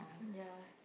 ya